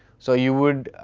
so you would